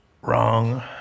Wrong